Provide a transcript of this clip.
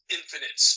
Infinite